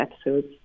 episodes